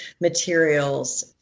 materials